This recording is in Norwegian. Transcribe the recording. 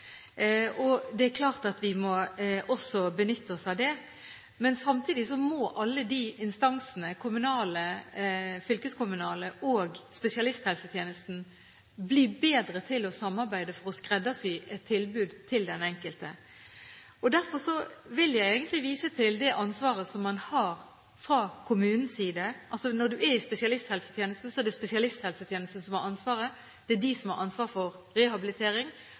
og det er klart at vi må også benytte oss av det. Men samtidig må alle instansene – kommunale, fylkeskommunale og spesialisthelsetjenesten – bli bedre til å samarbeide for å skreddersy et tilbud til den enkelte. Derfor vil jeg vise til det ansvaret man har fra kommunens side. Når man er i spesialisthelsetjenesten, er det spesialisthelsetjenesten som har ansvaret – det er de som har ansvar for rehabilitering.